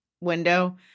window